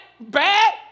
bad